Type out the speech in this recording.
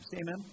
Amen